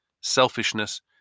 selfishness